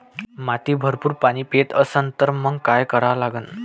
माती भरपूर पाणी पेत असन तर मंग काय करा लागन?